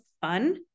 fun